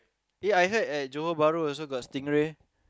ya I heard at Johor-Bahru also got stingray